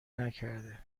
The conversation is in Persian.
نکرده